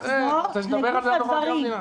שנדבר על דוח מבקר המדינה?